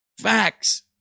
Facts